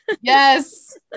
Yes